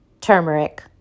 turmeric